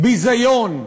ביזיון.